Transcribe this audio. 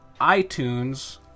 itunes